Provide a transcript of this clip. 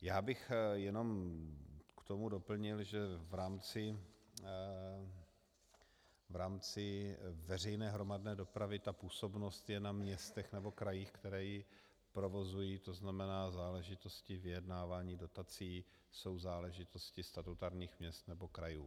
Já bych k tomu jenom doplnil, že v rámci veřejné hromadné dopravy působnost je na městech nebo krajích, které ji provozují, to znamená, záležitosti vyjednávání dotací jsou záležitosti statutárních měst nebo krajů.